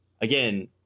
Again